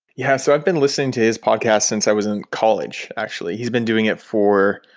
yeah. so i've been listening to his podcast since i was in college actually. he's been doing it for,